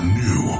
new